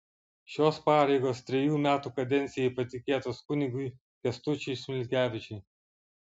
šios pareigos trejų metų kadencijai patikėtos kunigui kęstučiui smilgevičiui